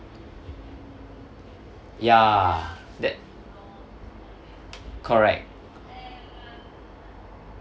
ya that correct